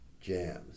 jams